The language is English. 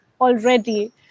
already